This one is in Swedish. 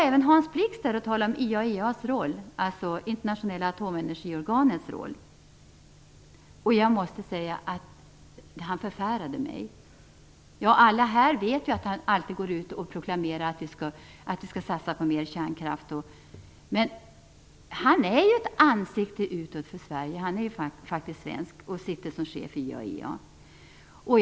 Även Hans Blix var där och talade om IAEA:s roll, alltså Internationella atomenergiorganets roll. Jag måste säga att han förfärade mig. Alla här vet ju att han alltid proklamerar för en satsning på mer kärnkraft. Men han är ju ett ansikte utåt för Sverige, för han är ju faktiskt svensk och chef för IAEA.